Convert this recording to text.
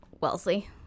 wellesley